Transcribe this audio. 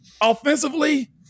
Offensively